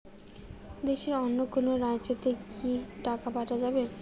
দেশের অন্য কোনো রাজ্য তে কি টাকা পাঠা যাবে?